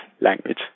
language